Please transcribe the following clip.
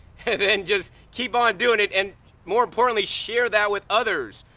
than just keep on doing it and more importantly, share that with others.